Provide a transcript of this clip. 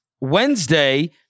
Wednesday